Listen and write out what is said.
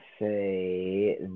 say